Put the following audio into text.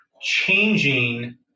changing